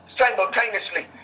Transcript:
simultaneously